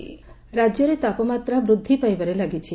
ପାଣିପାଗ ରାଜ୍ୟରେ ତାପମାତ୍ରା ବୃଦ୍ଧି ପାଇବାରେ ଲାଗିଛି